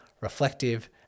reflective